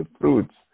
fruits